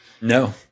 No